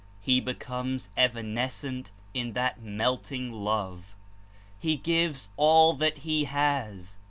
he becomes evanescent in that melting love he gives all that he has,